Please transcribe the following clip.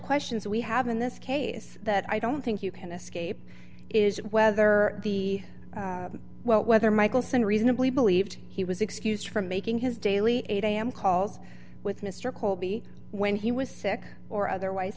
questions we have in this case that i don't think you can escape is whether he well whether michaelson reasonably believed he was excused from making his daily eight am calls with mr colby when he was sick or otherwise